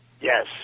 Yes